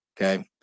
okay